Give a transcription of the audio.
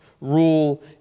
rule